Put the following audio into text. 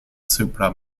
supra